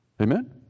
Amen